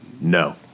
No